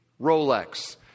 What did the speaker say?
Rolex